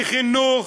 מחינוך,